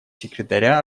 секретаря